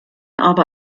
aber